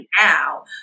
now